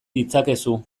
ditzakezu